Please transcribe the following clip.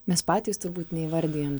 mes patys turbūt neįvardijam